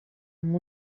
amb